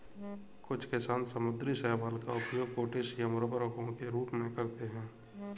कुछ किसान समुद्री शैवाल का उपयोग पोटेशियम उर्वरकों के रूप में करते हैं